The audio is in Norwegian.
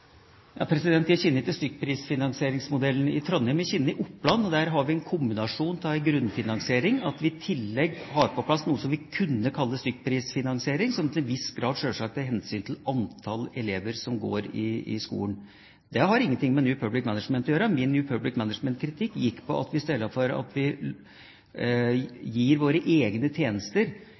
Jeg kjenner ikke til stykkprisfinansieringsmodellen i Trondheim. Jeg kjenner den i Oppland, og der har vi en kombinasjon av grunnfinansiering og noe som vi kunne kalle stykkprisfinansiering i tillegg, som til en viss grad sjølsagt er av hensyn til antall elever som går i skolen. Det har ingenting med New Public Management å gjøre. Min New Public Management-kritikk gikk på at vi istedenfor å gi våre egne tjenester